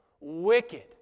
wicked